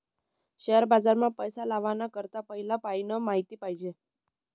share बाजार मा पैसा लावाना करता पहिला पयीन माहिती पायजे